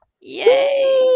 Yay